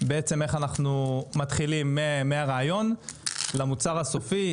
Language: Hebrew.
בעצם איך אנחנו מתחילים מהרעיון למוצר הסופי,